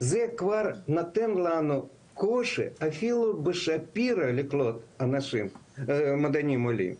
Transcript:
זה כבר נותן לנו קושי אפילו בשפירא לקלוט מדענים עולים.